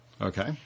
Okay